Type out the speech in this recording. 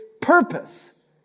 purpose